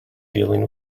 dealing